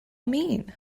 mean